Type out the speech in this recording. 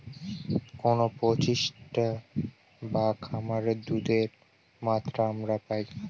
কোনো প্রতিষ্ঠানে বা খামারে দুধের মাত্রা আমরা পাই